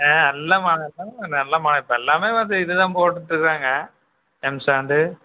ஆ இல்லமா இப்போ எல்லாமே இல்லைமா இப்போ எல்லாமே வந்து இததான் போட்டுட்டிருக்காங்க எம்சாண்டு